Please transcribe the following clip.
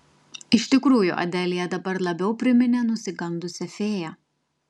iš tikrųjų adelija dabar labiau priminė nusigandusią fėją